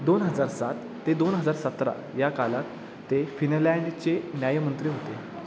दोन हजार सात ते दोन हजार सतरा या कालात ते फिनलँडचे न्यायमंत्री होते